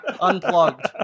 Unplugged